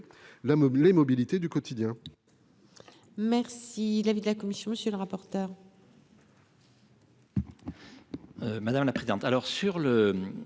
mobilité du quotidien.